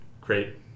great